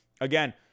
again